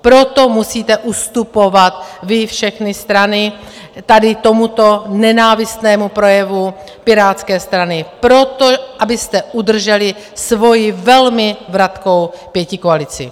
Proto musíte ustupovat vy, všechny strany, tady tomuto nenávistnému projevu Pirátské strany, proto, abyste udrželi svoji velmi vratkou pětikoalici.